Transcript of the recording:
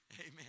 Amen